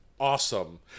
Awesome